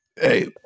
Hey